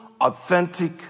authentic